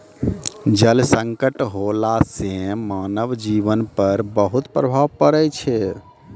जल संकट होला सें मानव जीवन पर बहुत प्रभाव पड़ै छै